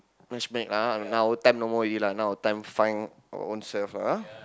match make lah now our time no more already lah now our time find our own self lah ah